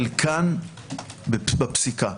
חלקן בפסיקה.